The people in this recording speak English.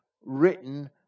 written